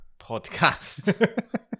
podcast